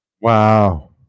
Wow